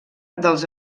dels